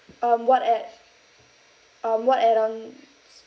um what add um what add ons